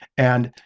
and